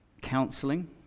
counselling